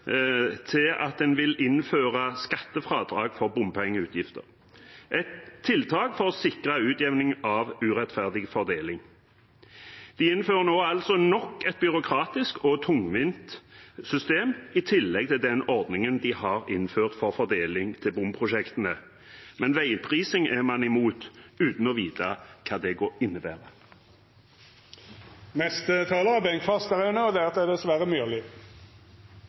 til at en vil innføre skattefradrag for bompengeutgifter – et tiltak for å sikre utjevning av urettferdig fordeling. De innfører nå altså nok et byråkratisk og tungvint system i tillegg til den ordningen de har innført for fordeling til bomprosjektene. Men veiprising er man imot, uten å vite hva det innebærer. Staten henter inn enorme summer i bompenger og